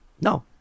No